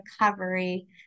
recovery